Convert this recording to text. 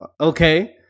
okay